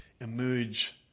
emerge